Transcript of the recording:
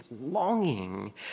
longing